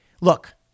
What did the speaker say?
look